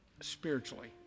spiritually